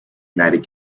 united